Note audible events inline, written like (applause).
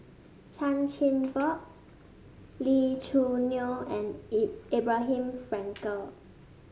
Chan Chin Bock Lee Choo Neo and (unintelligible) Abraham Frankel